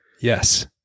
Yes